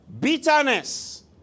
bitterness